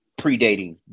predating